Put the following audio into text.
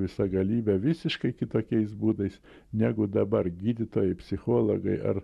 visagalybę visiškai kitokiais būdais negu dabar gydytojai psichologai ar